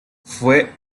fue